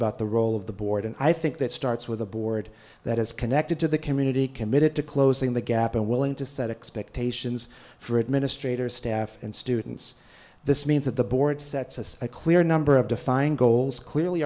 about the role of the board and i think that starts with a board that is connected to the community committed to closing the gap and willing to set expectations for administrators staff and students this means that the board sets a clear number of defined goals clearly